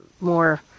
more